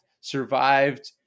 Survived